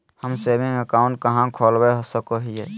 हम saving account कहाँ खोलवा सको हियै?